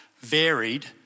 varied